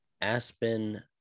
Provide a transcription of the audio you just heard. Aspen